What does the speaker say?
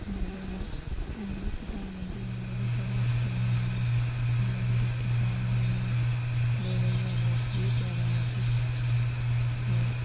ते जेह्ड़ा कि प्रधानमंत्री दियां होर बी स्कीमां आइयां ते जेह्ड़े किसान हे उनेंगी दो दो ज्हार रपेआ फ्री देआ दा मोदी ते